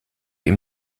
ihm